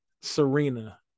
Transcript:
Serena